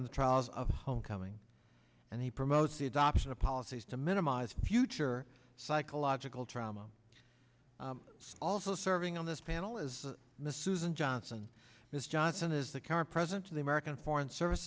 and the trials of homecoming and he promotes the adoption of policies to minimize future psychological trauma it's also serving on this panel is miss susan johnson miss johnson is the current president of the american foreign service